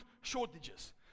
shortages